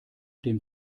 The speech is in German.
dem